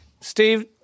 Steve